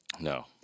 No